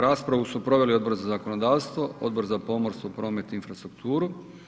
Raspravu su proveli Odbor za zakonodavstvo i Odbor za pomorstvo, promet i infrastrukturu.